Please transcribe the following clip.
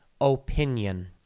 opinion